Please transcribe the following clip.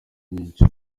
nyinshi